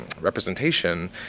representation